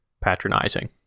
patronizing